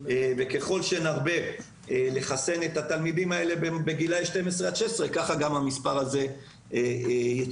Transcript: ככל שנרבה לחסן את התלמידים בגילי 12 עד 16 כך המספר הזה יצומצם.